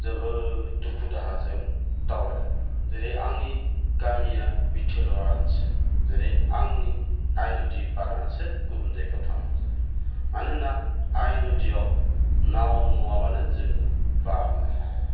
जोबोद दुखु दाहाजों दावबायनांगौ जेरै आंनि गामिया बिथोर'वा ओनसोल जेरै आंनि आइ नदि बारनासो गुबुन जायगायाव थांनांगौ जायो मानोना आइ नदियाव नाव नङाबानो जोङो बारनो हाया